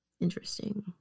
Interesting